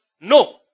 no